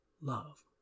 Love